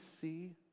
see